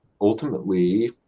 ultimately